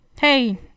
hey